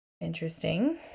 interesting